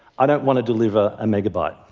i don't want to deliver a megabyte.